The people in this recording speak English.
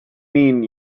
mean